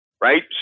right